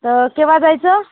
तर केव्हा जायचं